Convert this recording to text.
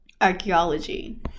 archaeology